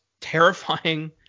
terrifying